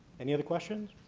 any other questions?